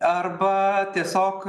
arba tiesiog